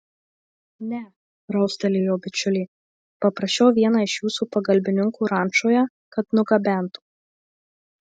ne raustelėjo bičiulė paprašiau vieną iš jūsų pagalbininkų rančoje kad nugabentų